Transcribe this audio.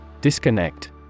Disconnect